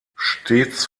stets